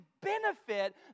benefit